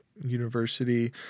University